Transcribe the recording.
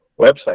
website